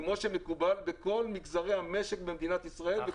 כמו שמקובל בכל מגזרי המשק במדינת ישראל.